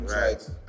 Right